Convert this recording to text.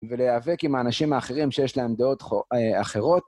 ולהיאבק עם האנשים האחרים שיש להם דעות אחרות.